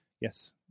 Yes